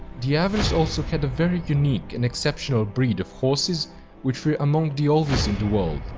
the avars also had a very unique and exceptional breed of horses which were among the oldest in the world.